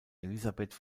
elisabeth